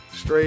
straight